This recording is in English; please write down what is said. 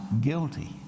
guilty